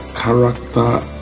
Character